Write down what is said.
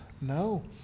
No